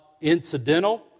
incidental